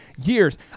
years